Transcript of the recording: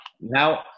Now